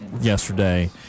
yesterday